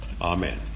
amen